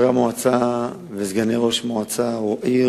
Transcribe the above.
חבר המועצה וסגני ראש מועצה או עיר